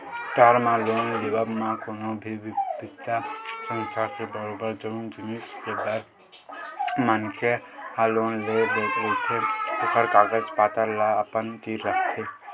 term loan लेवब म कोनो भी बित्तीय संस्था ह बरोबर जउन जिनिस बर मनखे ह लोन ले रहिथे ओखर कागज पतर ल अपन तीर राखथे